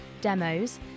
demos